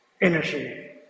energy